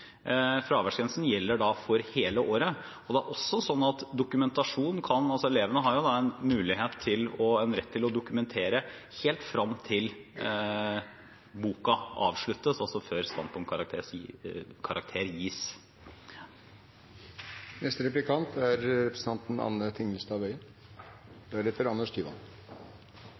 fraværsgrensen. Fraværsgrensen gjelder for hele året. Det er også slik at elevene har mulighet og rett til å dokumentere fravær helt fram til boka avsluttes, altså før standpunktkarakter gis. Jeg har bare lyst til å understreke at dette ikke er